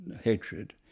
hatred